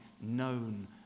known